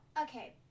Okay